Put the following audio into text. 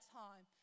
time